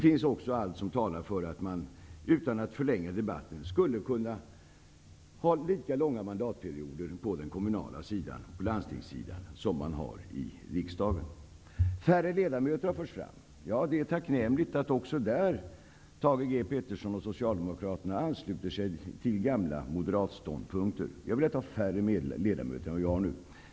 Vidare talar allt för att det skall vara lika långa mandatperioder på den kommunala sidan och på landstingssidan som i riksdagen. Förslag om färre ledamöter har förts fram. Ja, det är tacknämligt att Thage G. Peterson och Socialdemokraterna också i det avseendet ansluter sig till gamla moderata ståndpunkter. Det har ju talats om att det skall vara färre ledamöter än vad som nu gäller.